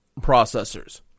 processors